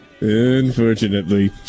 unfortunately